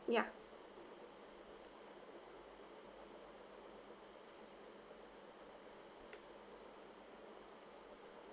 ya